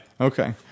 Okay